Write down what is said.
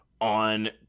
on